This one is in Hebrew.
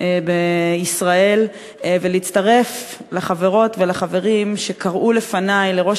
בישראל ולהצטרף לחברות ולחברים שקראו לפני לראש